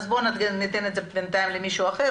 אז בואו ניתן את זה בינתיים למישהו אחר,